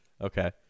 okay